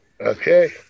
Okay